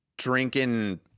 Drinking